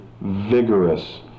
vigorous